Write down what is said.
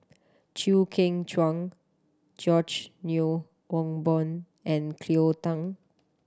Chew Kheng Chuan George Yeo Yong Boon and Cleo Thang